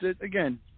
again